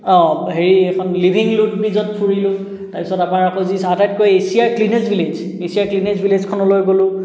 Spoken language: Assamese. হেৰি এইখন লিভিং ৰুট ব্ৰিজত ফুৰিলোঁ তাৰপিছত আমাৰ যি আটাইতকৈ এছিয়াৰ ক্লিনেষ্ট ভিলেজ এচিয়াৰ ক্লিনেষ্ট ভিলেজখনলৈ গ'লোঁ